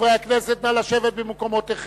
חברי הכנסת, נא לשבת במקומותיכם.